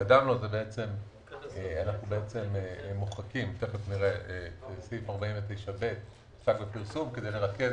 שקדם לו." אנחנו בעצם מוחקים את סעיף 49ב כדי לרכז